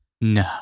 No